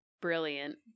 brilliant